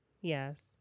Yes